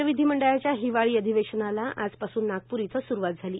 राज्य विधीमंडळाचं हिवाळी अधिवेशनाला आजपासून नागपूर इथं सुरूवात झाली